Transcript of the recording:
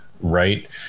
right